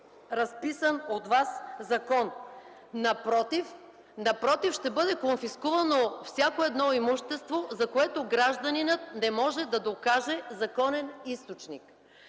разписан от Вас закон. Напротив, ще бъде конфискувано всяко имущество, за което гражданинът не може да докаже законен източник.